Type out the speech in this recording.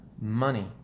Money